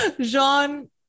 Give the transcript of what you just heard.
Jean